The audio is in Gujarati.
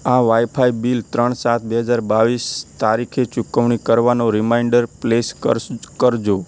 આ વાઈફાઈ બિલ ત્રણ સાત બે હજાર બાવીસ તારીખે ચૂકવણી કરવાનો રીમાઈન્ડર પ્લેસ કરસ કરજો